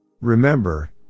Remember